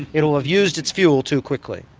it will have used its fuel too quickly.